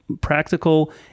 practical